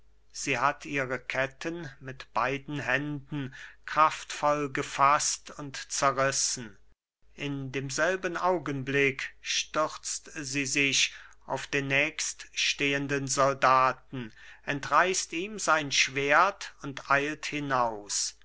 sie hat ihre ketten mit beiden händen kraftvoll gefaßt und zerrissen in demselben augenblick stürzt sie sich auf den nächststehenden soldaten entreißt ihm sein schwert und eilt hinaus